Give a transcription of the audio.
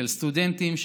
של סטודנטים,